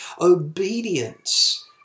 obedience